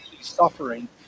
suffering